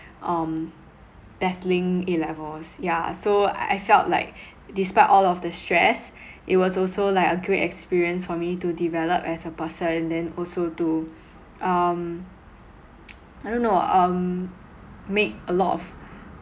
um battling A levels yeah so I felt like despite all of the stress it was also like a great experience for me to develop as a person then also to um I don't know um make a lot of